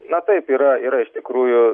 na taip yra yra iš tikrųjų